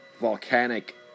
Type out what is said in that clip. volcanic